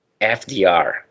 FDR –